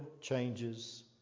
changes